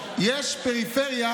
אתה יודע למה?